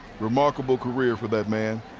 remarkable career for that man.